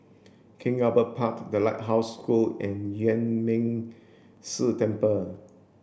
King Albert Park The Lighthouse School and Yuan Ming Si Temple